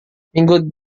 minggu